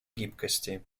гибкости